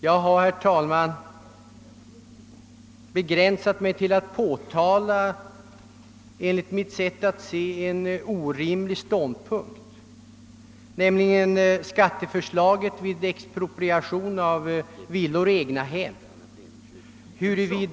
Jag har, herr talman, begränsat mig till att påtala ett enligt mitt sätt att se orimligt förslag, nämligen förslaget om skatteplikt vid expropriation av villor och egnahem.